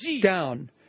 down